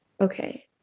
Okay